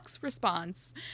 response